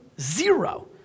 zero